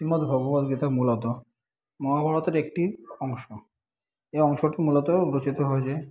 শ্রীমৎ ভগবদ্গীতা মূলত মহাভারতের একটি অংশ এই অংশটি মূলত রচিত হয়েছে